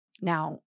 now